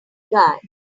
guy